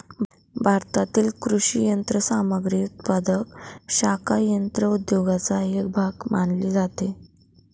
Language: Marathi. भारतातील कृषी यंत्रसामग्री उत्पादक शाखा यंत्र उद्योगाचा एक भाग मानली जाते